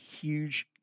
huge